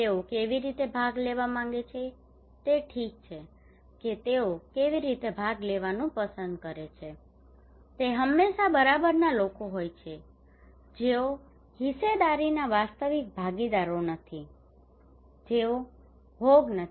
તેઓ કેવી રીતે ભાગ લેવા માંગે છે તે ઠીક છે કે તેઓ કેવી રીતે ભાગ લેવાનું પસંદ કરે છે તે હંમેશા બહારના લોકો હોય છે જેઓ હિસ્સેદારીના વાસ્તવિક ભાગીદારો નથી જેઓ ભોગ નથી